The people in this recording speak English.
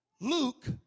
Luke